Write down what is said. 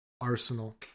Arsenal